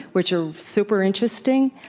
which are super interesting.